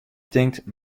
tinkt